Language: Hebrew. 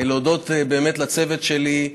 להודות לצוות שלי.